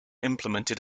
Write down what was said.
implemented